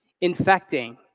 infecting